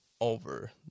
over